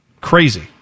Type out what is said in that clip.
Crazy